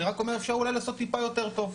אני רק אומר, אפשר אולי לעשות טיפה יותר טוב.